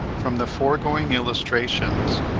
from the foregoing illustrations,